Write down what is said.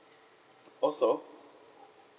also